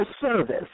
service